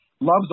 Loves